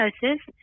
diagnosis